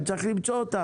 צריך למצוא אותם.